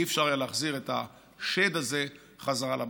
לא יהיה אפשר להחזיר את השד הזה חזרה לבקבוק.